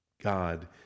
God